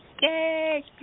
Yay